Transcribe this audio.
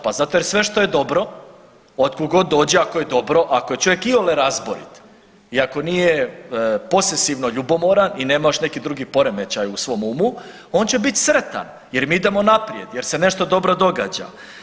Pa zato jer sve što je dobro, otkud god dođe ako je dobro, ako je čovjek iole razborit i ako nije posesivno ljubomoran i nema još nekih drugi poremećaj u svom umu, on će biti sretan jer mi idemo naprijed jer se nešto dobro događa.